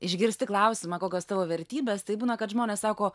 išgirsti klausimą kokios tavo vertybės tai būna kad žmonės sako